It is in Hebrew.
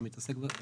שמתעסק בזה,